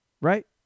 right